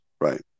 Right